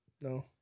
No